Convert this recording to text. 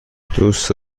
دوست